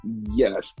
yes